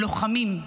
לוחמים,